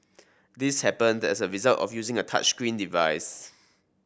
this happened as a result of using a touchscreen device